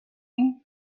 you